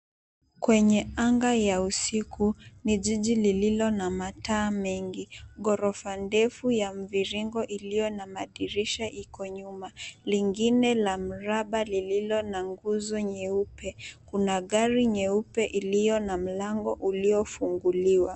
Kwenye anga ya usiku. Ni jiji lililo na mataa mengi, ghorofa ndefu ya mviringo iliyo na madirisha iko nyuma. Lingine la mraba lililo na nguzo nyeupe. Kuna gari nyeupe iliyo na mlango uliofunguliwa.